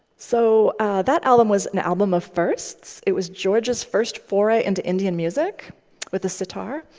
so that album was an album of firsts. it was george's first foray into indian music with the sitar.